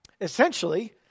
Essentially